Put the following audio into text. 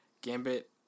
Gambit